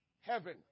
heaven